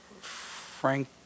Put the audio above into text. Frank